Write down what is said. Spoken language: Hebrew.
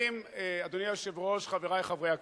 אדוני היושב-ראש, חברי חברי הכנסת,